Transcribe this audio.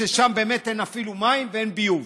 ששם באמת אין אפילו מים ואין ביוב.